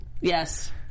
Yes